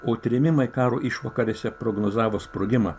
o trėmimai karo išvakarėse prognozavo sprogimą